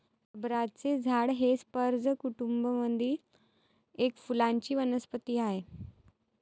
रबराचे झाड हे स्पर्ज कुटूंब मधील एक फुलांची वनस्पती आहे